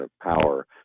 power